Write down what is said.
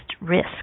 risk